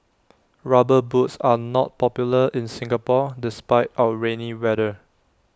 rubber boots are not popular in Singapore despite our rainy weather